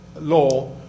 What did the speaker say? law